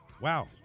Wow